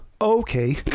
Okay